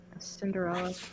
Cinderella